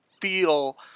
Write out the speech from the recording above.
feel